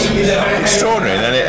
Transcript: extraordinary